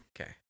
Okay